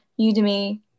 Udemy